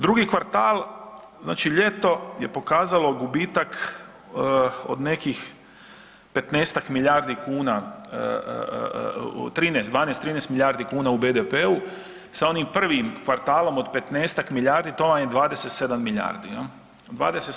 Drugi kvartal, znači ljeto je pokazalo gubitak od nekih 15-tak milijardi kuna, 13, 12, 13 milijardi kuna u BDP-u, sa onim prvim kvartalom od 15-tak milijardi, to vam je 27 milijardi, je l'